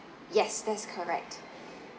yes that's correct